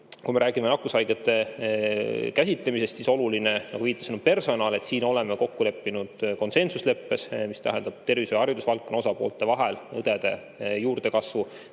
kui me räägime nakkushaigete käsitlemisest, siis oluline, nagu viitasin, on personal. Siin oleme kokku leppinud konsensusleppes, mis tähendab tervishoiuharidusvaldkonna osapoolte vahel õdede juurdekasvu,